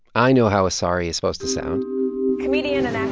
i know how a sorry is supposed to sound comedian and and